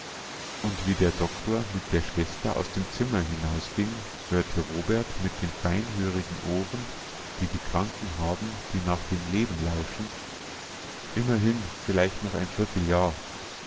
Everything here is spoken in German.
und wie der doktor mit der schwester aus dem zimmer hinausging hörte robert mit den feinhörigen ohren die die kranken haben die nach dem leben lauschen immerhin vielleicht noch ein vierteljahr